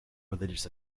religious